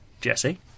Jesse